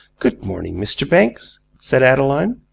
good morning, mr. banks, said adeline.